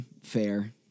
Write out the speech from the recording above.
fair